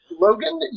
Logan